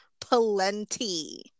plenty